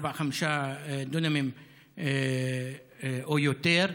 ארבעה או חמישה דונמים או יותר,